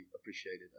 appreciated